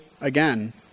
again